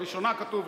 בראשונה כתוב,